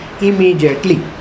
immediately